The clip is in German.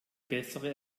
bessere